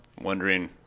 wondering